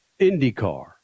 IndyCar